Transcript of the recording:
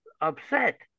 upset